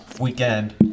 weekend